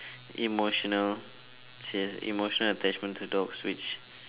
emotional emotional attachment to dogs which